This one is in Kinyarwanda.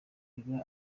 biba